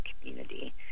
community